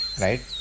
right